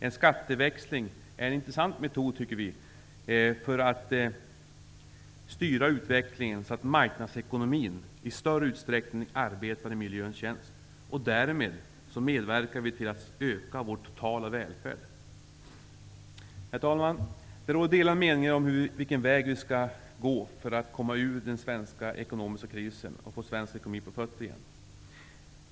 En skatteväxling är en intressant metod att styra utvecklingen så att marknadsekonomin i större utsträckning arbetar i miljöns tjänst och därmed medverkar till att öka vår totala välfärd. Herr talman! Det råder delade meningar om vilken väg vi skall gå för att komma ut ur den svenska ekonomiska krisen och få svensk ekonomi på fötter igen.